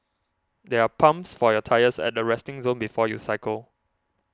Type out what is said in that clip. there are pumps for your tyres at the resting zone before you cycle